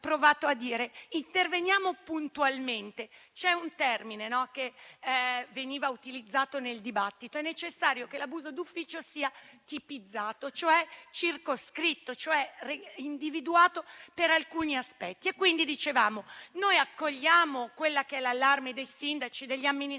provato a intervenire puntualmente. C'è un termine che è stato utilizzato nel dibattito: è necessario che l'abuso d'ufficio sia tipizzato, cioè circoscritto e individuato per alcuni aspetti. Noi dicevamo di accogliere l'allarme dei sindaci e degli amministratori,